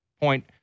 point